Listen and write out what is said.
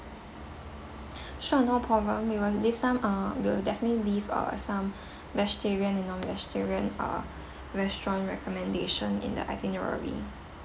sure no problem we will leave some uh we'll definitely leave uh some vegetarian and non vegetarian uh restaurant recommendation in the itinerary